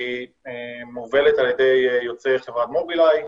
מובלת על ידי יוצאי חברת מובילאיי,